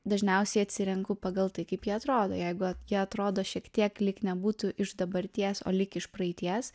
dažniausiai atsirenku pagal tai kaip jie atrodo jeigu jie atrodo šiek tiek lyg nebūtų iš dabarties o lyg iš praeities